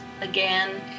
again